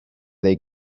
they